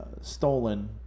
stolen